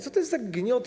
Co to jest za gniot?